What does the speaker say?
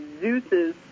Zeus's